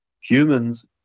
humans